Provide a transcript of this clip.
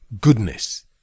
goodness